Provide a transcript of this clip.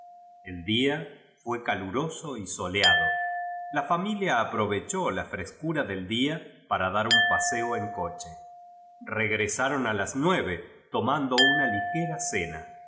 el día fué caluroso y soleada la familia aprovechó la frescura del día paca dar un pasen en coche kegrvsarou a las nueve tomatillo una li gera cena